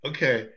Okay